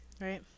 Right